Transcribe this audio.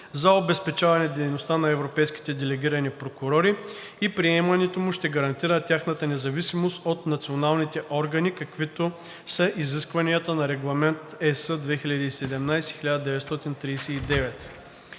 за обезпечаване дейността на европейските делегирани прокурори и приемането му ще гарантира тяхната независимост от националните органи, каквито са изискванията на Регламент (ЕС) 2017/1939.